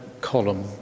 column